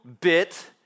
bit